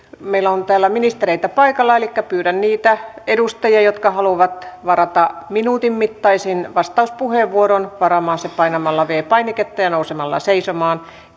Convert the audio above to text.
meillä on täällä ministereitä paikalla pyydän niitä edustajia jotka haluavat varata minuutin mittaisen vastauspuheenvuoron varaamaan sen painamalla viides painiketta ja nousemalla seisomaan